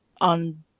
on